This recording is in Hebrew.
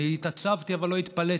התעצבתי אבל לא התפלאתי,